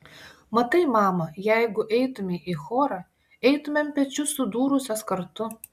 matai mama jeigu eitumei į chorą eitumėm pečius sudūrusios kartu